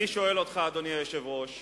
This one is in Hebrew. אני שואל אותך, אדוני היושב-ראש: